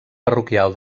parroquial